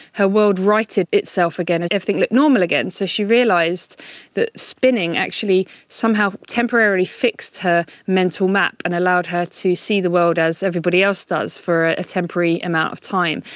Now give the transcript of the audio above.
her world righted itself again, and everything looked normal again. so she realised that spinning actually somehow temporarily fixed her mental map and allowed her to see the world as everybody else does for a temporary amount of time.